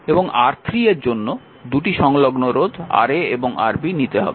এবং R3 এর জন্য দুটি সংলগ্ন রোধ Ra এবং Rb নিতে হবে